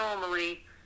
normally